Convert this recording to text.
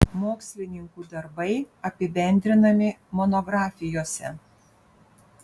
mokslininkų darbai apibendrinami monografijose